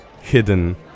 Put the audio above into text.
hidden